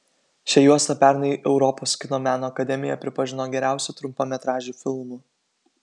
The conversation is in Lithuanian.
šią juostą pernai europos kino meno akademija pripažino geriausiu trumpametražiu filmu